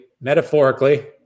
metaphorically